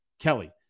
Kelly